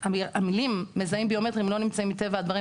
המילים מזהים ביומטריים לא נמצאות מטבע הדברים